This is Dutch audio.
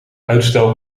uitstel